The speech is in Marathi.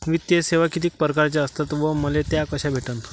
वित्तीय सेवा कितीक परकारच्या असतात व मले त्या कशा भेटन?